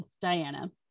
Diana